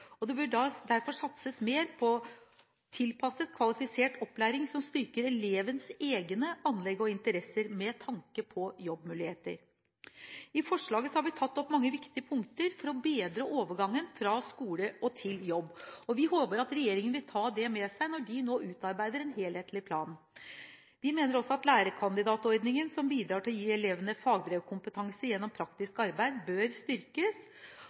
anlegg. Det bør derfor satses mer på tilpasset, kvalifisert opplæring som styrker elevenes egne anlegg og interesser, med tanke på jobbmuligheter. I forslaget har vi tatt opp mange viktige punkter for å bedre overgangen fra skole til jobb. Vi håper at regjeringen vil ta det med seg når de nå utarbeider en helhetlig plan. Vi mener også at lærerkandidatordningen, som bidrar til å gi elevene fagbrevkompetanse gjennom praktisk arbeid, bør styrkes,